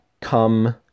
come